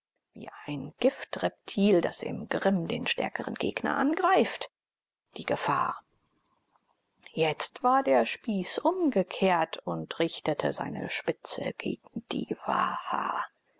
wie ein giftreptil das im grimm den stärkeren gegner angreift die gefahr jetzt war der spieß umgekehrt und richtete seine spitze gegen die waha